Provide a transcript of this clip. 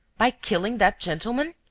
by killing that gentleman?